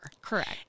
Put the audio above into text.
Correct